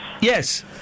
Yes